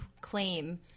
claim